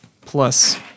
plus